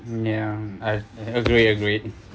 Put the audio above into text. ya I agree agreed